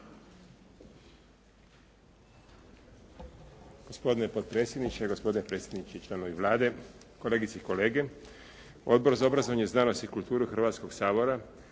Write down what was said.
Hrvatskoga sabora